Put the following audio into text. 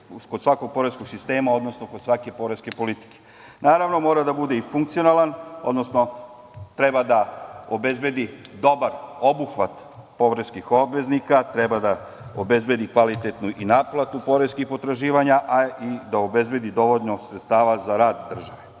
kod svakog poreskog sistema, odnosno kod svake poreske politike. Naravno, mora da bude i funkcionalan, odnosno treba da obezbedi dobar obuhvat poreskih obveznika, treba da obezbedi kvalitetnu i naplatu poreskih potraživanja, a i da obezbedi dovoljno sredstava za rad države.